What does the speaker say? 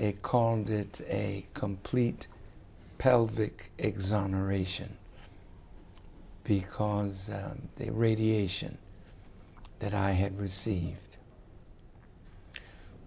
they called it a complete pelvic exoneration because they radiation that i had received